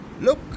look